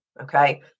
Okay